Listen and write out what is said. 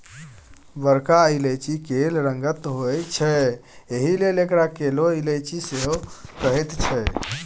बरका इलायची कैल रंगक होइत छै एहिलेल एकरा कैला इलायची सेहो कहैत छैक